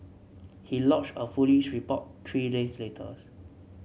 he lodged a foolish report three days later